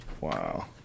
Wow